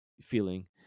feeling